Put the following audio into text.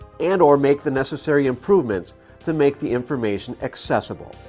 and or make the necessary improvements to make the information accessible.